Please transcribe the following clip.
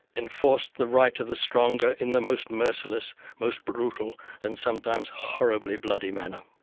enforced the right of the stronger in the most merciless, most brutal, and sometimes horribly bloody manner.